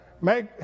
make